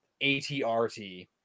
ATRT